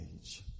age